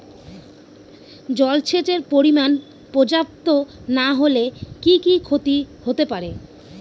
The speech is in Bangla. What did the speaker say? জলসেচের পরিমাণ পর্যাপ্ত না হলে কি কি ক্ষতি হতে পারে?